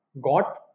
got